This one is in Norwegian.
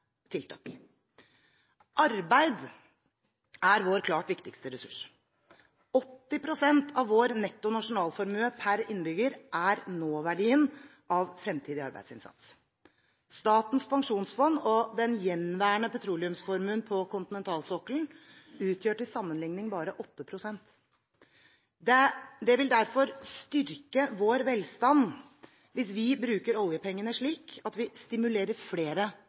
tiltak. Arbeid er vår klart viktigste ressurs. 80 pst. av vår netto nasjonalformue per innbygger er nåverdien av fremtidig arbeidsinnsats. Statens pensjonsfond og den gjenværende petroleumsformuen på kontinentalsokkelen utgjør til sammenligning bare 8 pst. Det vil derfor styrke vår velstand hvis vi bruker oljepengene slik at vi stimulerer flere